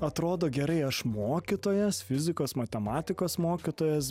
atrodo gerai aš mokytojas fizikos matematikos mokytojas